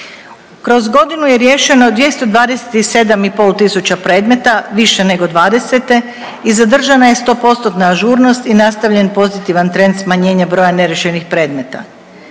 Kroz godinu je riješeno 227 i pol tisuća predmeta više nego 20. i zadržana je 100%-tna ažurnost i nastavljen pozitivan trend smanjenja broja neriješenih predmeta.